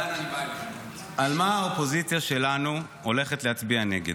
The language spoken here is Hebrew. על מה האופוזיציה שלנו הולכת להצביע נגד: